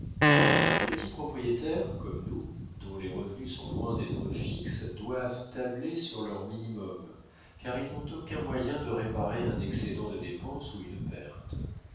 les petits propriétaires comme nous dont les revenus sont loin d'être fixes doivent tabler sur leur minimum car ils n'ont aucun moyen de réparer un excédant de dépense ou une perte